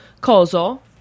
Coso